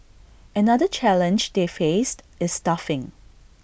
another challenge they faced is staffing